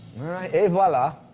right. et voila.